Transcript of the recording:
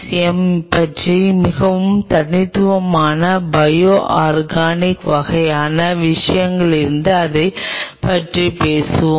M பற்றி மிகவும் தனித்துவமான பயோ ஆர்கானிக் வகையான விஷயங்களிலிருந்து அதைப் பற்றி பேசுவோம்